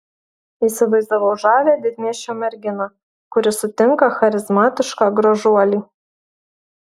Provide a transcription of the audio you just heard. įsivaizdavau žavią didmiesčio merginą kuri sutinka charizmatišką gražuolį